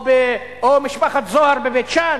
או של משפחת זוהר בבית-שאן,